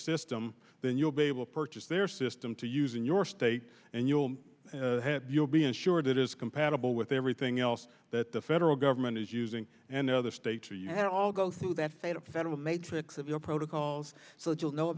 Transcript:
system then you'll be able to purchase their system to use in your state and you'll you'll be ensured it is compatible with everything else that the federal government is using and other states you had all go through that phase of the federal matrix of your protocols so you'll know